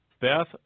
Beth